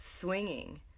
Swinging